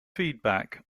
feedback